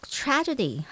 tragedy